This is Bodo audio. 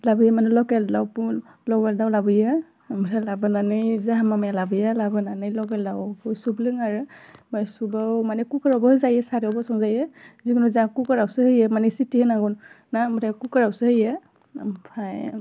लाबोयो मानि लकेल दाव लकेल दाव लाबोयो ओमफ्राय लाबोनानै जोंहा मामाया लाबोयो लाबोनानै लकेल दावखौ सुब लोङो आरो बे सुबाव मानि खुखारावबो होजायो साराइयावबो संजायो जिखुनु जाहा खुखारावसो होयो मानि सिटि होनांगौ ना ओमफ्राय खुखारावसो होयो ओमफाय